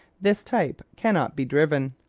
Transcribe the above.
this type can not be driven.